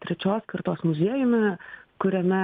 trečios kartos muziejumi kuriame